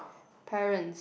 parents